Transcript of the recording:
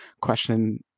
question